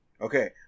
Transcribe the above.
Okay